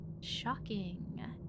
Shocking